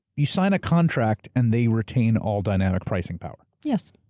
you sign a contract, and they retain all dynamic pricing power? yes.